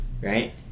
right